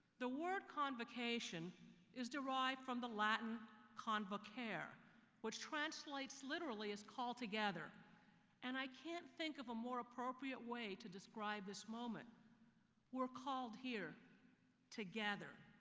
the word convocation is derived from the latin convocare which translates literally as call together and i can't think of a more appropriate way to describe this moment we are called here together.